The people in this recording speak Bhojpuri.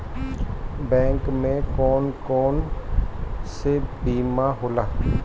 बैंक में कौन कौन से बीमा होला?